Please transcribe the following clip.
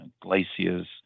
glaciers